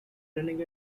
running